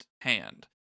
hand